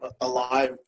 alive